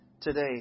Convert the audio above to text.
today